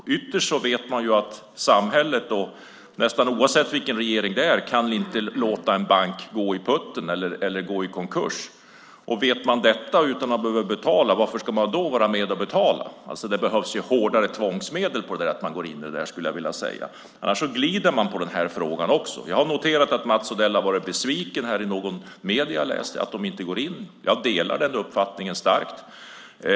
Ytterst vet man att samhället, nästan oavsett vilken regering det är, inte kan låta en bank gå i konkurs. Vet man detta utan att behöva betala, varför ska man då betala? Det behövs hårdare tvångsmedel där. Annars glider man på den här frågan också. Jag har noterat att Mats Odell enligt medierna har varit besviken för att bankerna inte går in i det. Jag delar den uppfattningen starkt.